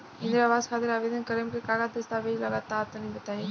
इंद्रा आवास खातिर आवेदन करेम का का दास्तावेज लगा तऽ तनि बता?